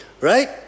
Right